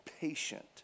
patient